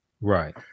right